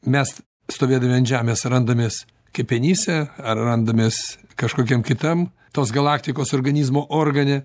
mes stovėdami ant žemės randamės kepenyse ar randamės kažkokiam kitam tos galaktikos organizmo organe